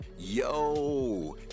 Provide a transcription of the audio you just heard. yo